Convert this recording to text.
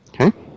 Okay